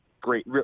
great